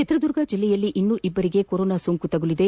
ಚಿತ್ರದುರ್ಗ ಜಿಲ್ಲೆಯಲ್ಲಿ ಇನ್ನೂ ಇಬ್ಬರಿಗೆ ಕೊರೋನಾ ಸೋಂಕು ತಗುಲಿದೆ